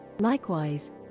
Likewise